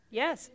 yes